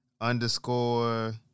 underscore